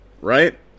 right